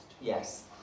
Yes